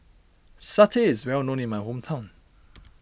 Satay is well known in my hometown